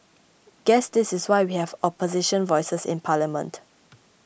guess this is why we have opposition voices in parliament